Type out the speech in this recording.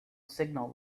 signal